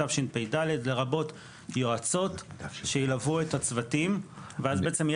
לרבות יועצות שלוו את הצוותים ואז בעצם,